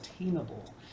attainable